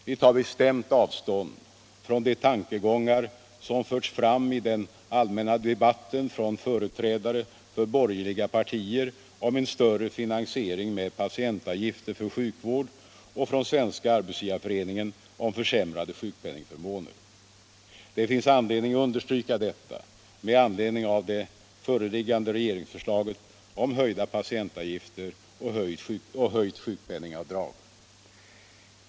Vi tar bestämt avstånd från de tankegångar som förts fram i den allmänna debatten från företrädare för borgerliga partier om en större finansiering med patientavgifter för sjukvård och från Svenska arbetsgivareföreningen om försämrade sjukpenningförmåner. Det finns skäl att understryka detta med anledning av det föreliggande regeringsförslaget om höjda patientavgifter och höjt sjukpenningavdrag.